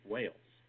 Wales